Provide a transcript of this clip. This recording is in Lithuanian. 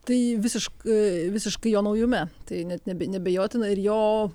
tai visiškai visiškai jo naujume tai net nebe neabejotina ir jo